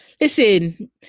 Listen